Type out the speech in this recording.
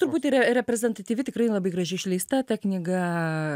turbūt yra reprezentatyvi tikrai labai graži išleista ta knyga